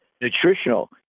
nutritional